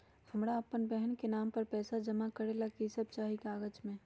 हमरा अपन बहन के नाम पर पैसा जमा करे ला कि सब चाहि कागज मे?